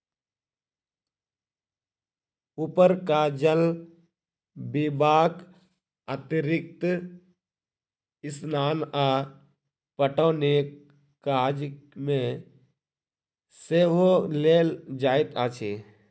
उपरका जल पीबाक अतिरिक्त स्नान आ पटौनीक काज मे सेहो लेल जाइत अछि